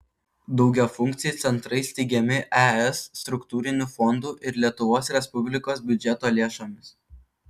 daugiafunkciai centrai steigiami es struktūrinių fondų ir lietuvos respublikos biudžeto lėšomis